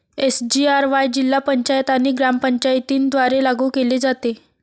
SGRY जिल्हा पंचायत आणि ग्रामपंचायतींद्वारे लागू केले जाते